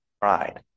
pride